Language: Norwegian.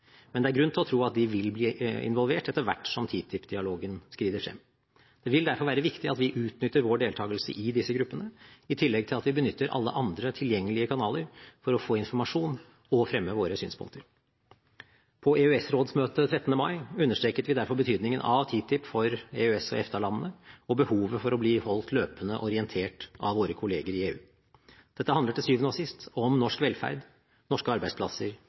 Men det er grunn til å tro at de vil bli involvert etter hvert som TTIP-dialogen skrider frem. Det vil derfor være viktig at vi utnytter vår deltagelse i disse gruppene, i tillegg til at vi benytter alle andre tilgjengelige kanaler for å få informasjon og fremme våre synspunkter. På EØS-rådsmøtet den 13. mai understreket vi derfor betydningen av TTIP for EØS/EFTA-landene og behovet for å bli holdt løpende orientert av våre kolleger i EU. Dette handler til syvende og sist om norsk velferd, norske arbeidsplasser